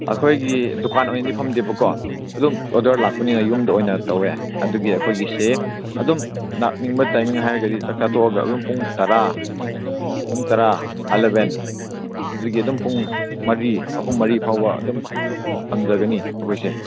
ꯑꯩꯈꯣꯏꯒꯤ ꯗꯨꯀꯥꯟ ꯑꯣꯏꯅꯗꯤ ꯐꯝꯗꯦꯕꯀꯣ ꯑꯗꯨꯝ ꯑꯣꯗꯔ ꯂꯥꯛꯄꯅꯤꯅ ꯌꯨꯝꯗ ꯑꯣꯏꯅ ꯇꯧꯋꯦ ꯑꯗꯨꯒꯤ ꯑꯩꯈꯣꯏꯒꯤꯁꯦ ꯑꯗꯨꯝ ꯂꯥꯛꯅꯤꯡꯕ ꯇꯥꯏꯃꯤꯡ ꯍꯥꯏꯔꯒꯗꯤ ꯆꯥꯛꯆꯥ ꯇꯣꯛꯂꯒ ꯑꯗꯨꯝ ꯄꯨꯡ ꯇꯔꯥ ꯄꯨꯡ ꯇꯔꯥ ꯑꯂꯕꯦꯟ ꯑꯗꯨꯒꯤ ꯑꯗꯨꯝ ꯄꯨꯡ ꯃꯔꯤ ꯑꯍꯨꯝ ꯃꯔꯤ ꯐꯥꯎꯕ ꯑꯗꯨꯝ ꯍꯥꯡꯖꯒꯅꯤ ꯑꯩꯈꯣꯏꯁꯦ